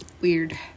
weird